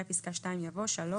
אחרי פסקה (2) יבוא: "(3)